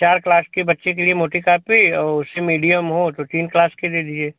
चार क्लास के बच्चे के लिए मोटी कापी और उससे मीडियम हो तो तीन क्लास की दे दीजिए